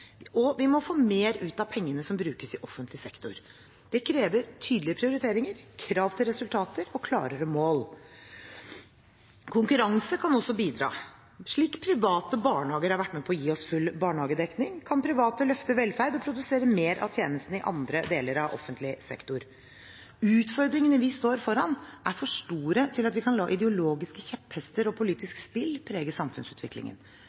Vi må få mer ut av pengene som brukes i offentlig sektor. Det krever tydelige prioriteringer, krav til resultater og klarere mål. Konkurranse kan også bidra – slik private barnehager har vært med på å gi oss full barnehagedekning, kan private løfte velferden og produsere mer av tjenestene i andre deler av offentlig sektor. Utfordringene vi står foran, er for store til at vi kan la ideologiske kjepphester og politiske spill prege samfunnsutviklingen.